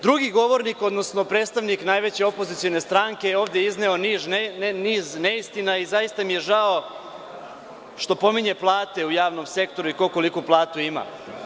Drugi govornik, odnosno predstavnik najveće opozicione stranke je ovde izneo niz neistina i zaista mi je žao što pominje plate u javnom sektoru i ko koliku platu ima.